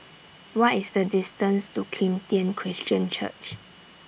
What IS The distance to Kim Tian Christian Church